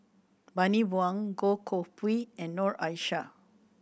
Bani Buang Goh Koh Pui and Noor Aishah